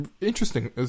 interesting